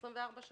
ובזמן הזה